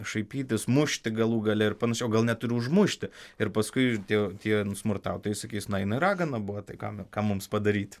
šaipytis mušti galų gale ir panašiai o gal net ir užmušti ir paskui tie tie smurtautojai sakys na jinai ragana buvo tai kam ką mums padaryt